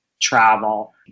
travel